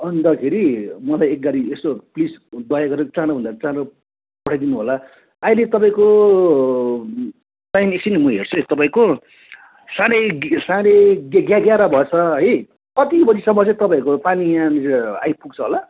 अन्तखेरि मलाई एक गाडी यसो प्लिज दया गरेर चाँडो भन्दा चाँडो पठाइ दिनुहोला अहिले तपाईँको टाइम एकछिन म हर्छु है तपाईँको साढे साढे ग्या ग्या ग्यारह भएछ है कति बजीसम्म चाहिँ तपाईँहरूको पानी यहाँनिर आइपुग्छ होला